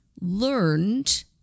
learned